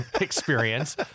experience